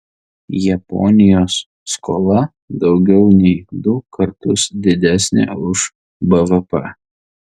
japonijos skola daugiau nei du kartus didesnė už bvp